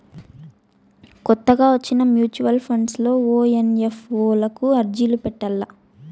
కొత్తగా వచ్చిన mutual funds లో ఓ ఎన్.ఎఫ్.ఓ లకు అర్జీ పెట్టల్ల